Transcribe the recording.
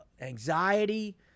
anxiety